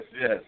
yes